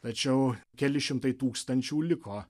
tačiau keli šimtai tūkstančių liko